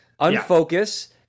unfocus